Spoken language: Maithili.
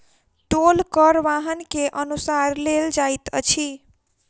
टोल कर वाहन के अनुसार लेल जाइत अछि